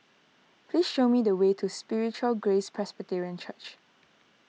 please show me the way to Spiritual Grace Presbyterian Church